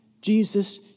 Jesus